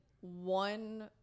one